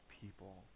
people